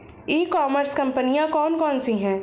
ई commerce कंपनियाँ कौन कौन सी हैं?